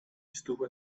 estuvo